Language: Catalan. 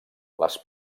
les